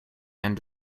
end